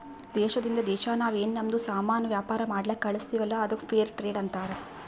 ದೇಶದಿಂದ್ ದೇಶಾ ನಾವ್ ಏನ್ ನಮ್ದು ಸಾಮಾನ್ ವ್ಯಾಪಾರ ಮಾಡ್ಲಕ್ ಕಳುಸ್ತಿವಲ್ಲ ಅದ್ದುಕ್ ಫೇರ್ ಟ್ರೇಡ್ ಅಂತಾರ